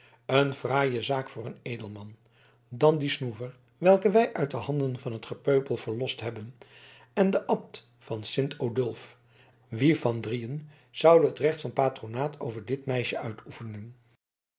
een fraaie zaak voor een edelman dan die snoever welken wij uit de handen van t gepeupel verlost hebben en de abt van sint odulf wie van drieën zoude het recht van patronaat over dit meisje uitoefenen